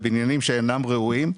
בבניינים שאינם ראויים.